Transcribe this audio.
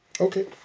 Okay